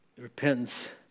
Repentance